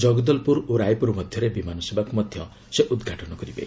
ଜଗଦ୍ଦଲପୁର ଓ ରାୟପୁର ମଧ୍ୟରେ ବିମାନସେବାକୁ ମଧ୍ୟ ଉଦ୍ଘାଟନ କରିବେ